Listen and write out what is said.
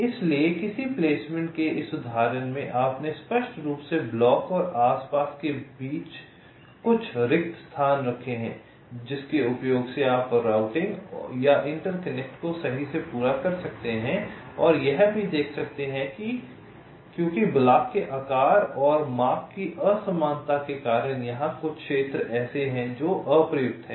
इसलिए किसी प्लेसमेंट के इस उदाहरण में आपने स्पष्ट रूप से ब्लॉक और आसपास के बीच कुछ रिक्त स्थान रखे हैं जिसके उपयोग से आप राउटिंग या इंटरकनेक्ट को सही से पूरा कर सकते हैं और यह भी देख सकते हैं क्योंकि ब्लॉक के आकार और माप की असमानता के कारण यहाँ कुछ क्षेत्र ऐसे हैं जो अप्रयुक्त हैं